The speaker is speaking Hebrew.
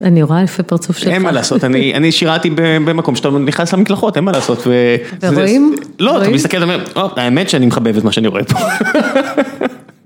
אני רואה יפה פרצוף שלך. אין מה לעשות, אני שירתתי במקום שאתה נכנס למקלחות, אין מה לעשות. ורואים? לא, אתה מסתכל, האמת שאני מחבב את מה שאני רואה פה.